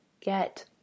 get